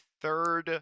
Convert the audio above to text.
third